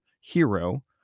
hero